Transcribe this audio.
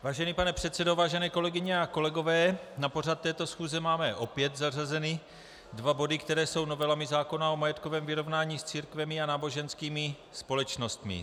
Vážený pane předsedo, vážené kolegyně a kolegové, na pořad této schůze máme opět zařazeny dva body, které jsou novelami zákona o majetkovém vyrovnání s církvemi a náboženskými společnostmi.